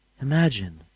Imagine